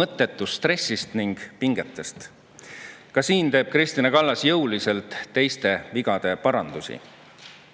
mõttetust stressist ning pingetest. Ka selles osas teeb Kristina Kallas jõuliselt teiste vigade parandusi.